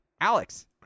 Alex